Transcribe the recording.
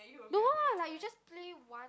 no ah like you just play one